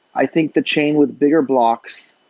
i think the chain with bigger blocks,